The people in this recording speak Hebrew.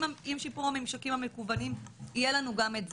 עם שיפור הממשקים המקוונים יהיה לנו גם את זה,